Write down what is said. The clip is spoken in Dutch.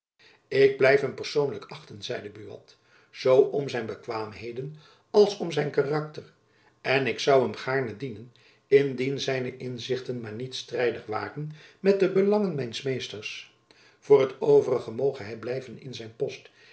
ik blijf hem persoonlijk achten zeide buat zoo om zijn bekwaamheden als om zijn karakter en ik zoû hem gaarne dienen indien zijne inzichten maar niet strijdig waren met de belangen mijns meesters voor t overige moge hy blijven in zijn post